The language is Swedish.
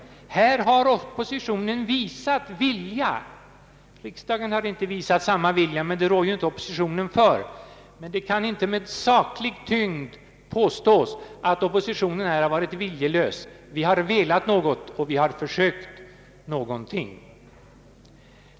Här har oppositionen visat vilja — riksdagen har inte visat samma vilja, men det rår ju inte oppositionen för. Det kan alltså inte med saklig tyngd påstås att oppositionen här har varit viljelös. Vi har velat någonting, och vi har försökt någonting.